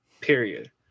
Period